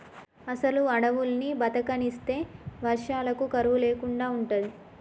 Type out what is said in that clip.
అసలు అడువుల్ని బతకనిస్తే వర్షాలకు కరువు లేకుండా ఉంటది